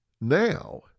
now